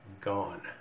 gone